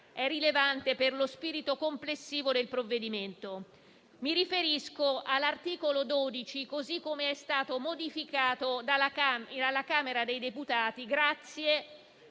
è rilevante per lo spirito complessivo del provvedimento. Mi riferisco all'articolo 12, così com'è stato modificato dalla Camera dei deputati,